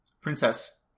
princess